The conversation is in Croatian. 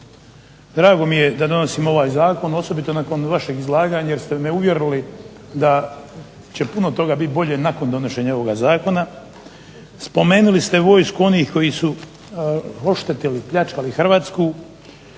drago mi je da donosimo ovaj zakon, osobito nakon vašeg izlaganja, jer ste me uvjerili da će puno toga biti bolje nakon donošenja ovoga zakona. Spomenuli ste vojsku onih koji su oštetili, pljačkali Hrvatsku.